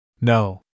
No